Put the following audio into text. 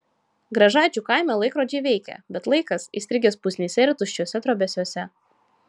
gražaičių kaime laikrodžiai veikia bet laikas įstrigęs pusnyse ir tuščiuose trobesiuose